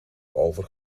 over